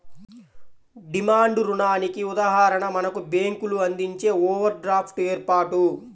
demand రుణానికి ఉదాహరణ మనకు బ్యేంకులు అందించే ఓవర్ డ్రాఫ్ట్ ఏర్పాటు